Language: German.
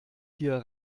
hier